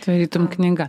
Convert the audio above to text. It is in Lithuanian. tarytum knyga